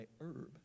herb